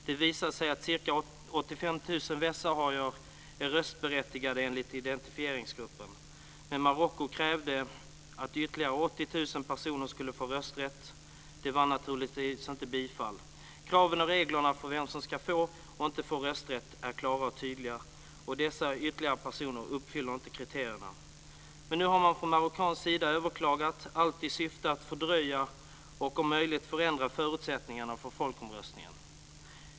Det visade sig att ca 85 000 västsaharier är röstberättigade enligt identifieringsgruppen, men Marocko krävde att ytterligare 80 000 personer skulle få rösträtt. Det vann naturligtvis inte bifall. Kraven och reglerna för vem som ska få och inte få rösträtt är klara och tydliga. De ytterligare personerna uppfyller inte kriterierna. Nu har man från marockansk sida överklagat, allt i syfte att fördröja och om möjligt förändra förutsättningarna för folkomröstningen.